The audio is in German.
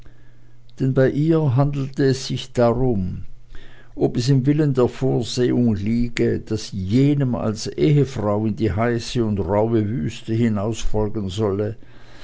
denn bei ihr handelte es sich darum ob es im willen der vorsehung liege daß sie jenem als ehefrau in die heiße und rauhe wüste hinaus folgen solle